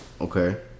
Okay